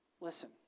listen